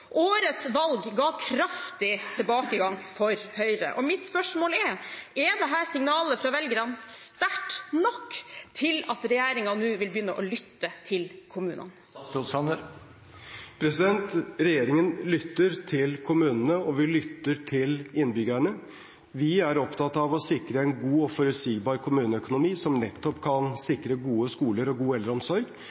Årets valg ga kraftig tilbakegang for Høyre. Mitt spørsmål er: Er dette signalet fra velgerne sterkt nok til at regjeringen nå vil begynne å lytte til kommunene? Regjeringen lytter til kommunene, og vi lytter til innbyggerne. Vi er opptatt av å sikre en god og forutsigbar kommuneøkonomi, som nettopp kan sikre gode skoler og god eldreomsorg.